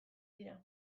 dira